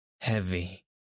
heavy